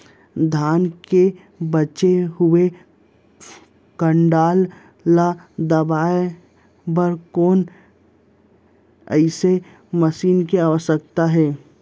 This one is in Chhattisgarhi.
धान के बचे हुए डंठल ल दबाये बर कोन एसई मशीन के आवश्यकता हे?